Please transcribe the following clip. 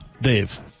Dave